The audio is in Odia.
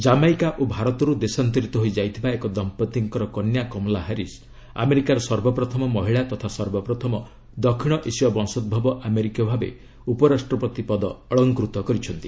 କାମାଇକା ଓ ଭାରତରୁ ଦେଶାନ୍ତରିତ ହୋଇ ଯାଇଥିବା ଏକ ଦମ୍ପତିଙ୍କର କନ୍ୟା କମଲା ହାରିସ୍ ଆମେରିକାର ସର୍ବପ୍ରଥମ ମହିଳା ତଥା ସର୍ବପ୍ରଥମ ଦକ୍ଷିଣ ଏସୀୟ ବଂଶୋଭବ ଆମେରିକୀୟ ଭାବେ ଉପରାଷ୍ଟ୍ରପତି ପଦ ଅଳଂକୃତ କରିଛନ୍ତି